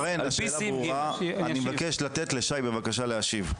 שרן, השאלה ברורה, אני מבקש לתת לשי בבקשה להשיב.